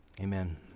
amen